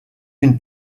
une